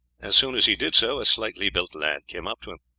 as soon as he did so a slightly-built lad came up to him.